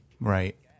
Right